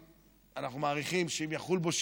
אנחנו מעריכים שאם יחול בו שינוי,